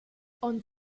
und